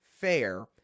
fair